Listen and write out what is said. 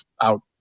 out